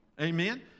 Amen